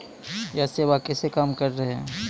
यह सेवा कैसे काम करै है?